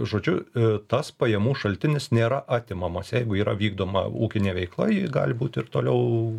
žodžiu tas pajamų šaltinis nėra atimamas jeigu yra vykdoma ūkinė veikla ji gali būt ir toliau